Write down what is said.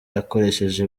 akoresheje